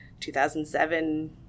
2007